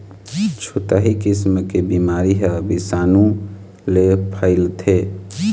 छुतही किसम के बिमारी ह बिसानु ले फइलथे